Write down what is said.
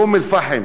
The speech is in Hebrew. באום-אל-פחם.